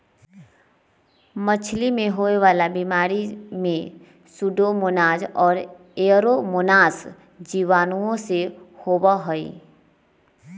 मछलियन में होवे वाला बीमारी में सूडोमोनाज और एयरोमोनास जीवाणुओं से होबा हई